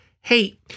hey